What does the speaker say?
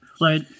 Right